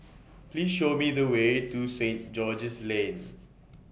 Please Show Me The Way to Saint George's Lane